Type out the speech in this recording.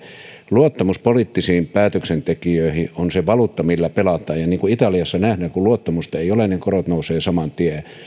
luottamus poliittisiin päätöksentekijöihin on valuutta millä pelataan ja niin kuin italiassa nähdään kun luottamusta ei ole niin korot nousevat saman tien